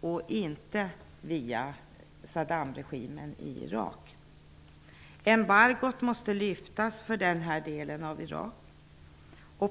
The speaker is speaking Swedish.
och inte via Saddamregimen i Irak. Embargot måste tas bort för den här delen av Irak.